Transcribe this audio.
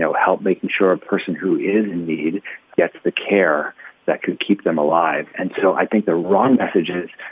so help making sure a person who is in need gets the care that could keep them alive. and so i think the wrong message is,